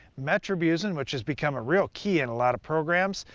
metribuzin, which has become a real key in a lot of programs,